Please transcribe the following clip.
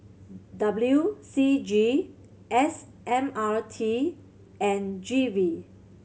W C G S M R T and G V